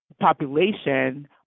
population